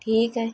ٹھیک ہے